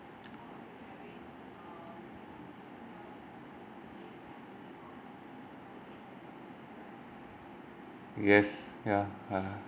yes yeah yeah